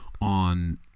on